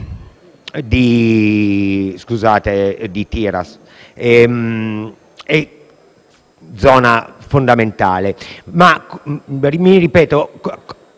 di Tiran, che è zona fondamentale.